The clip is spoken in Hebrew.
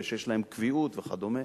שיש להם קביעות וכדומה.